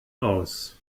aus